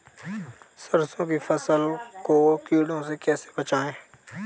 सरसों की फसल को कीड़ों से कैसे बचाएँ?